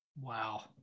Wow